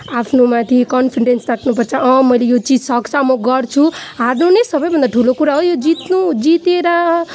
आफ्नो माथि कन्फिडेन्स राख्नु पर्छ मैले यो चिज सक्छु म गर्छु हार्नु नै सबभन्दा ठुलो कुरा हो यो जित्नु जितेर